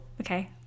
okay